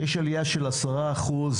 יש עלייה של עשרה אחוזים